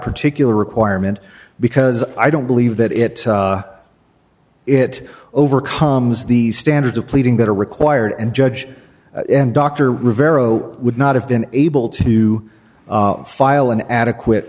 particular requirement because i don't believe that it it overcomes the standards of pleading that are required and judge dr rivero would not have been able to file an adequate